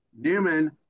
Newman